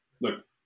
look